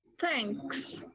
Thanks